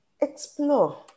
explore